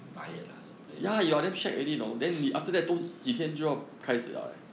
tired lah your players